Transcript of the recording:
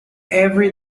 every